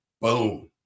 Boom